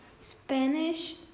Spanish